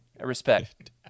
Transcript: respect